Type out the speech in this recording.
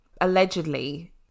allegedly